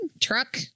Truck